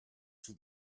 she